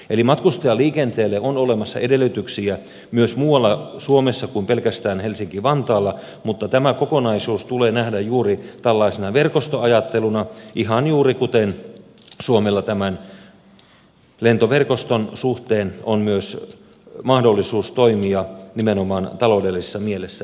eli matkustajaliikenteelle on olemassa edellytyksiä myös muualla suomessa kuin pelkästään helsinki vantaalla mutta tämä kokonaisuus tulee nähdä juuri tällaisena verkostoajatteluna ihan juuri kuten suomella tämän lentoverkoston suhteen on myös mahdollisuus toimia nimenomaan taloudellisessa mielessä